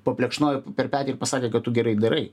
paplekšnojo per petį ir pasakė kad tu gerai darai